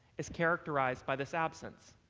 is characterized by this absence.